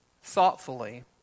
thoughtfully